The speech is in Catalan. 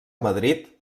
madrid